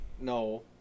no